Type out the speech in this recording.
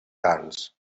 grans